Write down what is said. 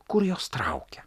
kur jos traukia